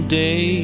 day